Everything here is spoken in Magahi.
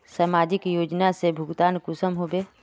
समाजिक योजना से भुगतान कुंसम होबे?